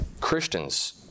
Christians